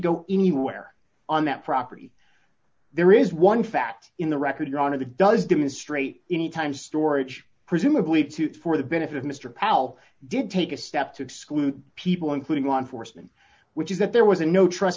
go anywhere on that property there is one fact in the record your honor the does demonstrate anytime storage presumably to for the benefit of mr powell did take a step to exclude people including law enforcement which is that there was a no